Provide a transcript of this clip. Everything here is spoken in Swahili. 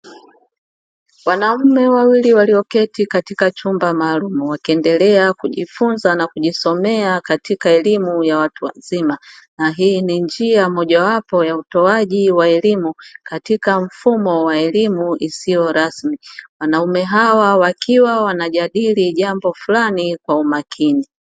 Wanaume wawili walioketi katika chumba maalumu, wakiendelea kujifunza na kujisomea katika elimu ya watu wazima. Na hii ni njia mojawapo ya utoaji wa elimu katika mfumo wa elimu isiyo rasmi. Wanaume hawa wakiwa wanajadili jambo fulani kwa umakini.